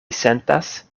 sentas